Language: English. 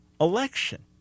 election